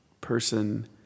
person